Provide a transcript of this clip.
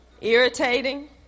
irritating